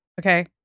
Okay